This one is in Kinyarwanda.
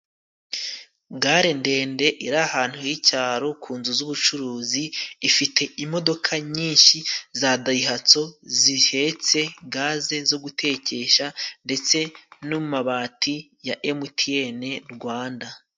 Gare ndende iri ahantu h'icyaro ku nzu z'ubucuruzi, ifite imodoka nyinshi za dayihatsu zihetse gaze zo gutekesha ndetse n'amabati ya emutiyene Rwanda.